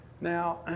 now